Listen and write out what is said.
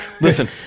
Listen